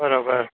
बराबरि